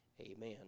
Amen